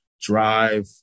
drive